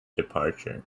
departure